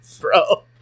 Bro